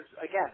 again